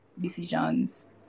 decisions